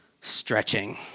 stretching